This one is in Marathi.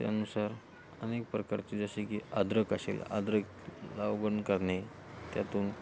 त्यानुसार अनेक प्रकारचे जसे की अद्रक असेल अद्रक लागवड करणे त्यातून